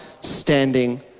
standing